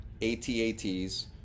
ATATs